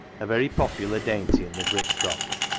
a very popular dainty in the brick-croft,